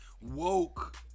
woke